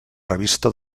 revista